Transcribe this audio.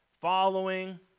Following